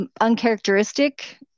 uncharacteristic